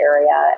Area